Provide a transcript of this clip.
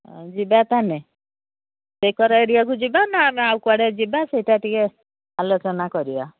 ହ ଯିବା ତାାନେ ବକର ଏରିଆକୁ ଯିବା ନା ଆମେ ଆଉ କୁଆଡ଼େ ଯିବା ସେଇଟା ଟିକେ ଆଲୋଚନା କରିବା